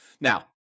Now